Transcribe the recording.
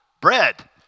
bread